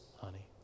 honey